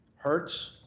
hurts